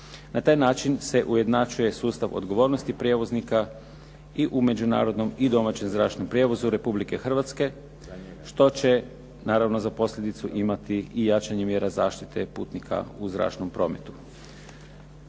Na taj način se ujednačuje sustav odgovornosti prijevoznika i u međunarodnim i domaćem zračnom prijevozu Republike Hrvatske, što će naravno za posljedicu imati i jačanje mjera zaštite putnika u zračnom prometu.